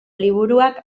liburuak